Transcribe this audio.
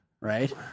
Right